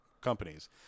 companies